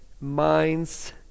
minds